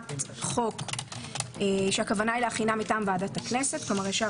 הצעת חוק שהכוונה היא להכינה מטעם ועדת הכנסת כלומר ישר